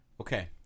Okay